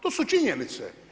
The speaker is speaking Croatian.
To su činjenice.